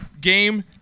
game